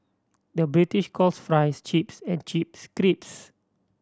the British calls fries chips and chips crisps